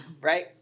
right